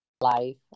life